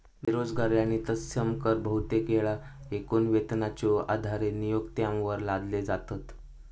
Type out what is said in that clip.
बेरोजगारी आणि तत्सम कर बहुतेक येळा एकूण वेतनाच्यो आधारे नियोक्त्यांवर लादले जातत